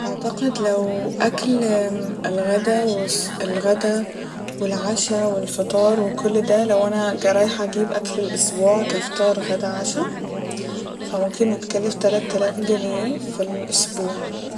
أعتقد لو أكل الغدا والص- الغدا والعشا والفطار وكل ده لو أنا جرايحة اجيب اكل الاسبوع كفطار غدا عشا فممكن يتكلف تلت آلاف جنيه ف الأسبوع